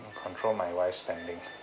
control my life spending